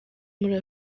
muri